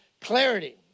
clarity